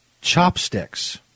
chopsticks